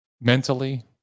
mentally